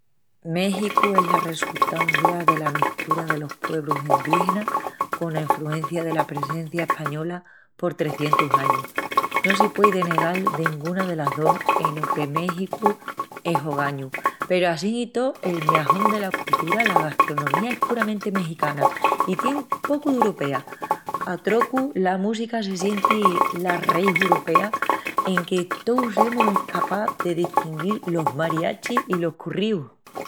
Méxicu es la resultancia dela mestura delos puebrus endíginas cona enfruencia dela presencia española por trecientus añus. No se puei de negal denguna de las dos eno que Méxicu es ogañu. Peru assín i tó el miajón dela coltura, la gastronomía, es puramenti mexicana i tien pocu d'uropea. A trocu, la música se sienti la reís uropea enque tous semus escapás de destinguil los mariachis i los corríus.